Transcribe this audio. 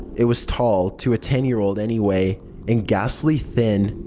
it was tall to a ten year old, anyway and ghastly thin.